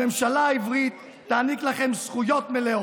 הממשלה העברית תעניק לכם זכויות מלאות.